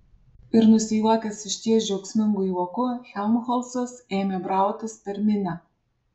ir nusijuokęs išties džiaugsmingu juoku helmholcas ėmė brautis per minią